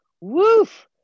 woof